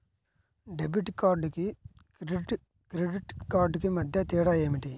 Debit కార్డుకు credit credit కార్డుకు మధ్య తేడా ఏమిటీ?